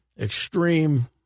extreme